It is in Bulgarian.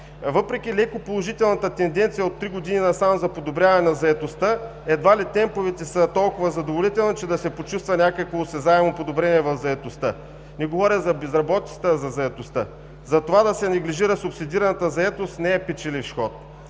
Въпреки леко положителната тенденция от три години насам за подобряване на заетостта, едва ли темповете са толкова задоволителни, че да се почувства някакво осезаемо подобрение в заетостта. Не говоря за безработицата, а за заетостта. Затова да се неглижира субсидираната заетост не е печеливш ход.